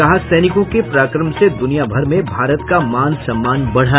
कहा सैनिकों के पराक्रम से दूनियाभर में भारत का मान सम्मान बढ़ा